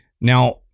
Now